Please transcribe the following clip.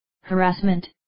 harassment